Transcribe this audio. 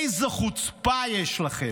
איזה חוצפה יש לכם.